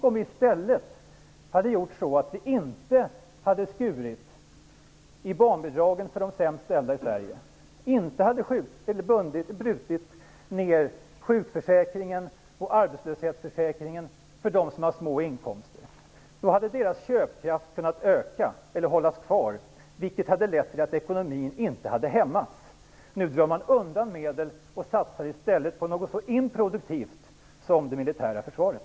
Om vi i stället hade låtit bli att skära i barnbidragen för de sämst ställda i Sverige och inte hade brutit ned sjukförsäkringen och arbetslöshetsförsäkringen för dem som har små inkomster, då hade deras köpkraft kunnat öka eller hållas kvar. Det hade lett till att ekonomin inte hade hämmats. Nu drar man undan medel och satsar i stället på något så improduktivt som det militära försvaret.